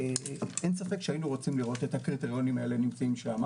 אין ספק שהיינו רוצים לראות את הקריטריונים האלה שם.